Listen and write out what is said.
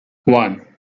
one